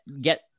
get